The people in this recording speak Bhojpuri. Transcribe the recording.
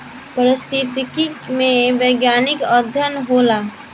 पारिस्थितिकी में वैज्ञानिक अध्ययन होला